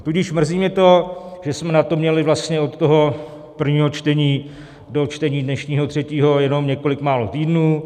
Tudíž mrzí mě to, že jsme na to měli vlastně od toho prvního čtení do čtení dnešního třetího jenom několik málo týdnů.